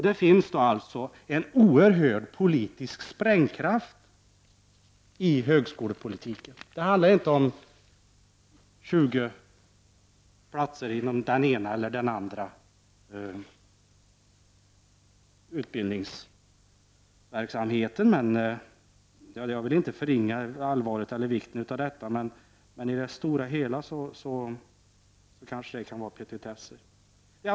Det finns alltså en oerhörd politisk sprängkraft i högskolepolitiken. Det handlar inte om 20 platser inom den ena eller den andra utbildningsverksamheten. Jag vill i och för sig inte förringa allvaret eller vikten i detta, men i det stora hela kanske detta är petitesser.